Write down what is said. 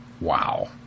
wow